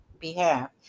behalf